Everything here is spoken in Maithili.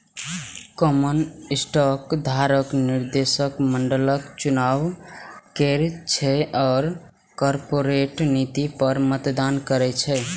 कॉमन स्टॉक धारक निदेशक मंडलक चुनाव करै छै आ कॉरपोरेट नीति पर मतदान करै छै